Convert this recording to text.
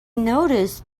noticed